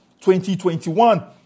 2021